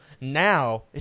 Now